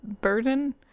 burden